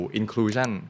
inclusion